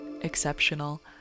exceptional